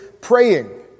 praying